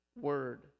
word